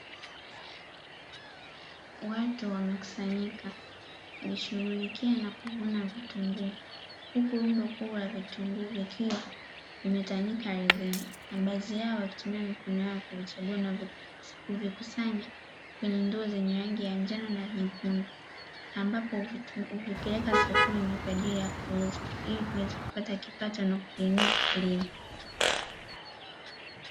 Watu wamekusanyika, kushughulikia na kuvuna vitunguu, huku rundo kubwa la vitunguu vikiwa vimetawanyika ardhini na baadhi yao wakitumia mikono kuvichambua na kuvikusanya kwenye ndoo zenye rangi ya njano na nyekundu, ambapo huvipeleka sokoni kwaajili ya kuuza, ili kuweza kupata kipato na kukiinua kilimo.